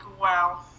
wow